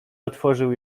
otworzył